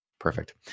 Perfect